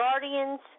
guardians